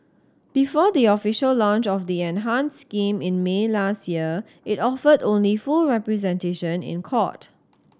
before the official launch of the enhanced scheme in May last year it offered only full representation in court